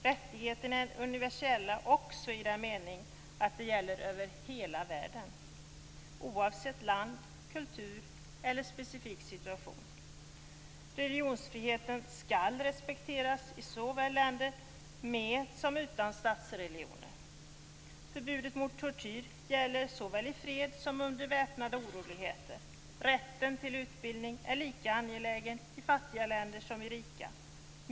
Rättigheterna är universella också i den meningen att de gäller över hela världen oavsett land, kultur eller specifik situation. Religionsfriheten skall respekteras i länder både med och utan statsreligioner. Förbudet mot tortyr gäller såväl i fred som under väpnade oroligheter. Rätten till utbildning är lika angelägen i fattiga länder som i rika länder.